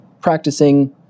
practicing